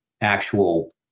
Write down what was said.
actual